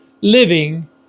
living